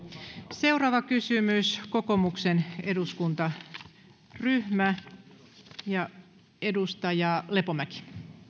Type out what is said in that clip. seuraava kysymys kokoomuksen eduskuntaryhmä ja edustaja lepomäki